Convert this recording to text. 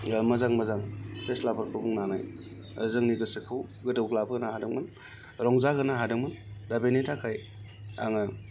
मोजां मोजां फेस्लाफोरखौ बुंनानै जोंनि गोसोखौ गोदौग्लाब होनो हादोंमोन रंजाहोनो हादोंमोन दा बेनि थाखाय आङो